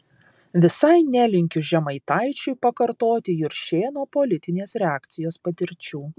visai nelinkiu žemaitaičiui pakartoti juršėno politinės reakcijos patirčių